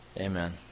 Amen